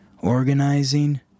organizing